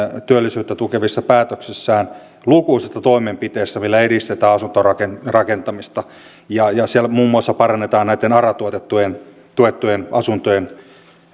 työllisyyttä tukevissa päätöksissään lukuisista toimenpiteistä millä edistetään asuntorakentamista ja siellä muun muassa parannetaan näiden ara tuettujen tuettujen asuntojen